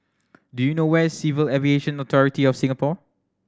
do you know where Civil Aviation Authority of Singapore